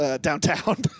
downtown